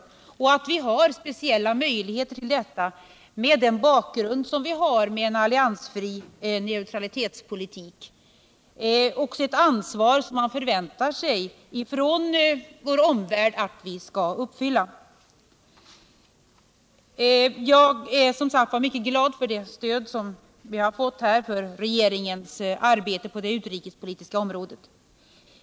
Mot den bakgrund vi har med en alliansfri neutralitetspolitik har vi speciella möjligheter till detta men också ett ansvar, som man i vår omvärld förväntar sig att vi skall uppfylla. Jag är som sagt mycket glad för det stöd som vi har fått för regeringens arbete på det utrikespolitiska området.